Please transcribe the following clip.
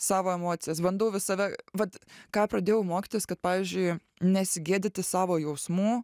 savo emocijas bandau vis save vat ką pradėjau mokytis kad pavyzdžiui nesigėdyti savo jausmų